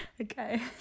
Okay